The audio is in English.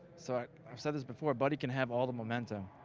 so i've said this before, buddy can have all the momentum,